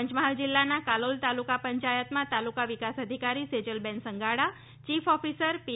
પંચમહાલ જિલ્લાના કાલોલ તાલુકા પંચાયતમાં તાલુકા વિકાસ અધિકારી સેજલબેન સંગાડા ચીફ ઓફિસર પી